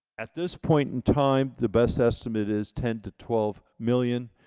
at this point in time the best estimate is ten to twelve million,